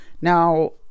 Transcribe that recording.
Now